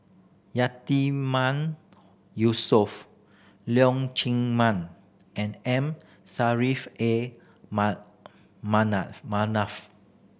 Yatiman Yusof Leong Chee Mun and M A Manaf